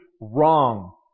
wrong